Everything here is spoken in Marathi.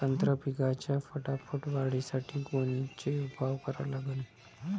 संत्रा पिकाच्या फटाफट वाढीसाठी कोनचे उपाव करा लागन?